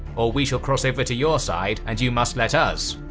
or we shall cross over to your side, and you must let us!